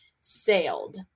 sailed